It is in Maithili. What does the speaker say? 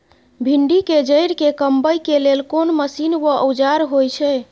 भिंडी के जईर के कमबै के लेल कोन मसीन व औजार होय छै?